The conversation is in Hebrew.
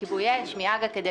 מכיבוי אש ומהג"א.